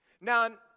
Now